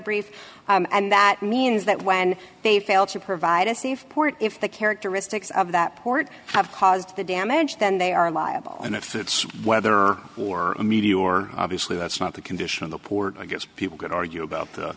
brief and that means that when they fail to provide a safe port if the characteristics of that port have caused the damage then they are liable and if it's whether or media or obviously that's not the condition of the port i guess people could argue about